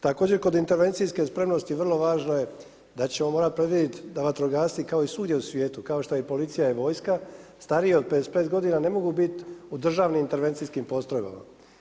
Također kod intervencijske spremnosti vrlo važno je da ćemo morati predvidjeti da vatrogasci kao i svugdje u svijetu, kao što je policija i vojska starije od 55 godina ne mogu biti u državnim intervencijskim postrojbama.